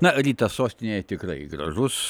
na rytas sostinėje tikrai gražus